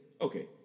Okay